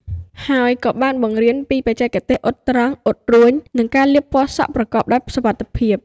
ហើយក៏បានបង្រៀនពីបច្ចេកទេសអ៊ុតត្រង់ អ៊ុតរួញ និងការលាបពណ៌សក់ប្រកបដោយសុវត្ថិភាព។